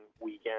weekend